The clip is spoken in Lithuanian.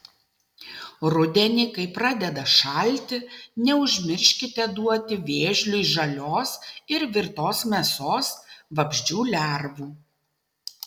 rudenį kai pradeda šalti neužmirškite duoti vėžliui žalios ir virtos mėsos vabzdžių lervų